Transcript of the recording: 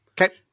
Okay